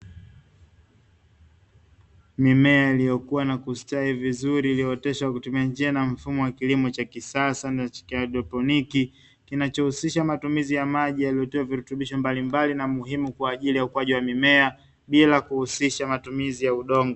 Mimea iliyokuwa na kustawi vizuri iliyooteshwa kwa njia na mfumo wa kilimo cha kisasa cha haidroponiki, kinachohusisha matumizi ya maji yaliyotuwa virutubisho mbalimbali kwa ajili ya ukuaji wa mimea bila kuhusisha matumizi ya udongo.